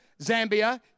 Zambia